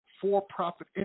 for-profit